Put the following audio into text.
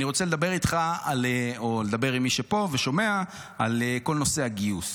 אני רוצה לדבר איתך או למי שפה ושומע על כל נושא הגיוס,